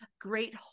great